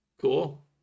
cool